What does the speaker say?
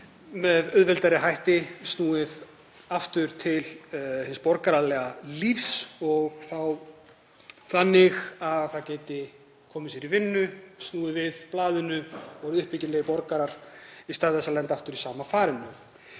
með auðveldari hætti snúið aftur til hins borgaralega lífs og þá þannig að þeir geti komið sér í vinnu, snúið við blaðinu og orðið uppbyggilegir borgarar í stað þess að lenda aftur í sama farinu.